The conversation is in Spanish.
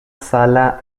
sala